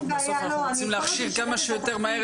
בסוף, אנחנו רוצים להכשיר את המצב כמה שיותר מהר.